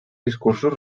discursos